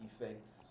effects